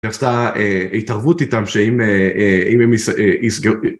היא עשתה התערבות איתם שאם הם יסגרו